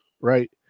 right